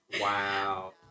Wow